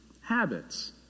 habits